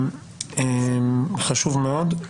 חשוב מאוד.